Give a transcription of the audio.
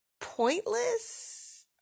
pointless